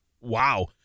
Wow